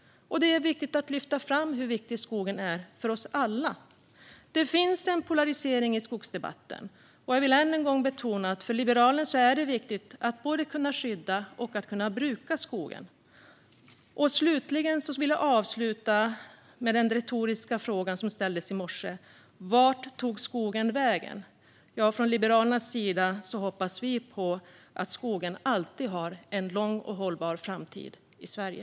Det är viktigt att lyfta fram hur viktig skogen är för oss alla. Det finns en polarisering i skogsdebatten. Jag vill än en gång betona att det för Liberalerna är viktigt att både kunna skydda och kunna bruka skogen. Jag vill avsluta med den retoriska fråga som ställdes i morse: Vart tog skogen vägen? Från Liberalernas sida hoppas vi att skogen alltid har en lång och hållbar framtid i Sverige.